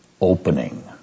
opening